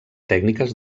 tècniques